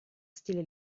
stile